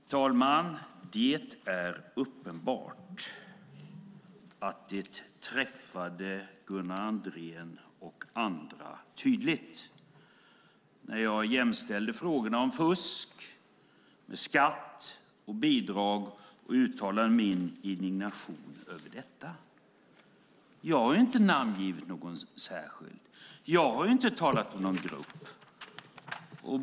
Fru talman! Det är uppenbart att det träffade Gunnar Andrén och andra tydligt när jag jämställde frågorna om fusk med skatt och bidrag och uttalade min indignation över detta. Jag har inte namngivit någon särskild. Jag har inte talat om någon grupp.